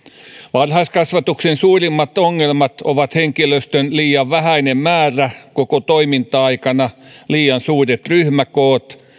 varhaiskasvatuksen suurimmat ongelmat ovat henkilöstön liian vähäinen määrä koko toiminta aikana liian suuret ryhmäkoot